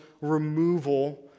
removal